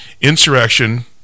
Insurrection